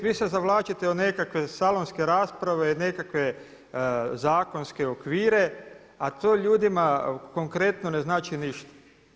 Vi svi se zavlačite u nekakve salonske rasprave, nekakve zakonske okvire, a to ljudima konkretno ne znači ništa.